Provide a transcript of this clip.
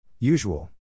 Usual